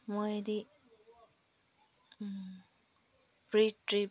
ꯃꯣꯏꯗꯤ ꯄ꯭ꯔꯤ ꯇꯤꯞ